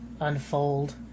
unfold